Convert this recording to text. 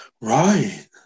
Right